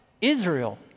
Israel